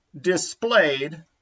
displayed